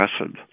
acid